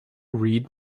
read